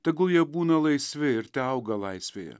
tegul jie būna laisvi ir teauga laisvėje